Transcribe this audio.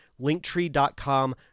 linktree.com